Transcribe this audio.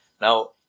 Now